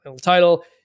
title